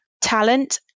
talent